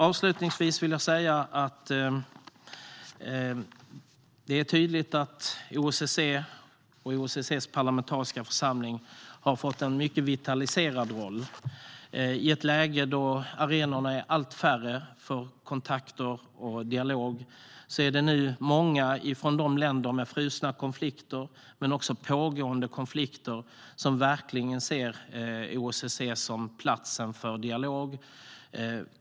Avslutningsvis vill jag säga att det är tydligt att OSSE och OSSE:s parlamentariska församling har fått en mycket vitaliserad roll. I ett läge där arenorna för kontakter och dialog blir allt färre är det nu många från länder med både frusna och pågående konflikter som verkligen ser OSSE som platsen för dialog.